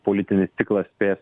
politinis ciklas spės